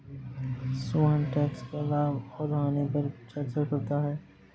Sohan tax का लाभ और हानि पर चर्चा करता है